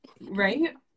right